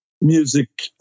music